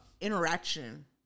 interaction